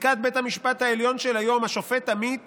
פסיקת בית המשפט העליון של היום, השופט עמית